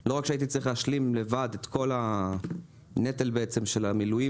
לא רק שהייתי צריך להשלים לבד את כל הנטל של המילואים,